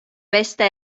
pesta